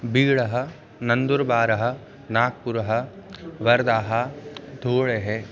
बीडः नन्दुर्बारः नाग्पुरः वर्दाः थोळेः